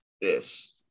Yes